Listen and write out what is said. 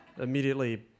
Immediately